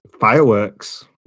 fireworks